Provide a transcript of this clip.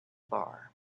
bar